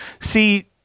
See